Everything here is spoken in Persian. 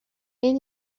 این